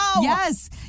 Yes